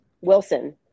Wilson